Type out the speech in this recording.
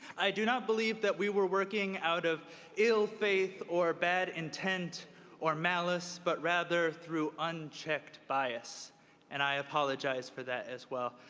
i do not believe that we were working out of ill faith or bad intend or malice, but rather through unchecked bias and i apologize for that as well.